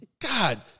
God